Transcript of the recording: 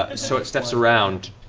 ah so it steps around